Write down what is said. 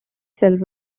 self